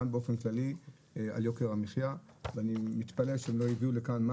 באופן כללי על יוקר המחייה ואני מתפלא שלא הביאו לכאן מה